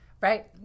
Right